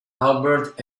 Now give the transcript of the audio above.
albert